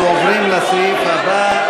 אנחנו עוברים לסעיף הבא.